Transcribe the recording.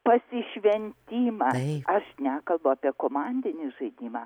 pasišventimas aš nekalbu apie komandinį žaidimą